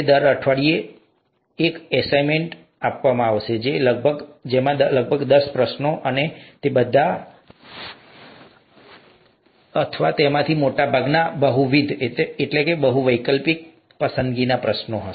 દર અઠવાડિયે એક અસાઇનમેન્ટ હશે સામાન્ય રીતે લગભગ દસ પ્રશ્નો અને તે બધા અથવા તેમાંથી મોટાભાગના બહુવિધ પસંદગીના પ્રશ્નો હશે